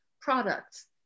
products